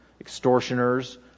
extortioners